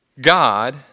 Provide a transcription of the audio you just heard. God